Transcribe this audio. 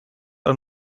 are